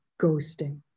ghosting